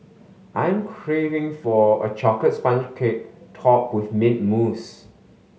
I am craving for a chocolate sponge cake topped with mint mousse